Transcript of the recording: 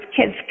kids